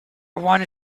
wanna